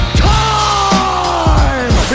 time